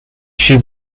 she